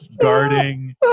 guarding